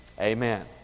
Amen